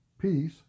Peace